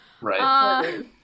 Right